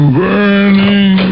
burning